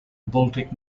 baltic